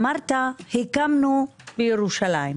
אמרת הקמנו בירושלים.